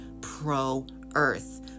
pro-earth